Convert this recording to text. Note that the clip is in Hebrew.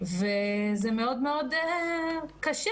וזה מאוד קשה.